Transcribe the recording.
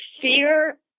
fear